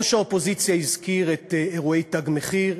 ראש האופוזיציה הזכיר את אירועי "תג מחיר",